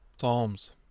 Psalms